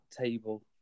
table